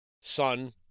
son